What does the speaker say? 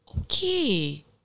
Okay